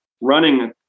running